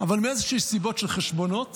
אבל מאיזה סיבות של חשבונות